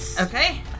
okay